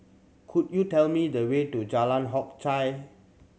could you tell me the way to Jalan Hock Chye